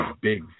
big